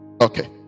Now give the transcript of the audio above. okay